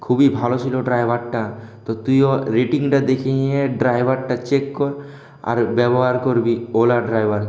খুবই ভালো ছিল ড্রাইভারটা তো তুইও রেটিংটা দেখে নিয়ে ড্রাইভারটা চেক কর আর ব্যবহার করবি ওলা ড্রাইভার